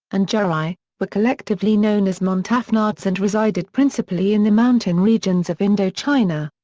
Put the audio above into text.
and jarai, were collectively known as montagnards and resided principally in the mountain regions of indochina.